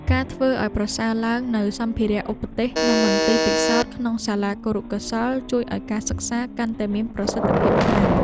ការធ្វើឱ្យប្រសើរឡើងនូវសម្ភារៈឧបទេសនិងមន្ទីរពិសោធន៍ក្នុងសាលាគរុកោសល្យជួយឱ្យការសិក្សាកាន់តែមានប្រសិទ្ធភាពខ្លាំង។